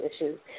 issues